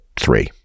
three